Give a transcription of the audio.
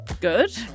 good